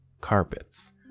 carpets